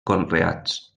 conreats